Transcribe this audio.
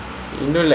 oh